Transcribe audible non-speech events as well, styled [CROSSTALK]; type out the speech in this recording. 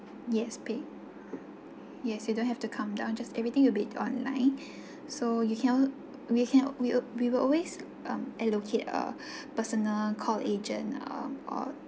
yes pay yes you don't have to come down just everything will be online [BREATH] so you can al~ we can we will we will always um allocate a [BREATH] personal call agent um or